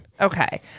Okay